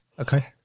Okay